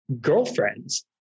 girlfriends